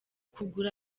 kugura